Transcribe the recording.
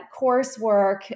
coursework